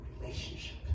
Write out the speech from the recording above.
relationship